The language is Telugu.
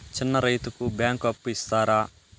చిన్న రైతుకు బ్యాంకు అప్పు ఇస్తారా?